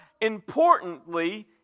importantly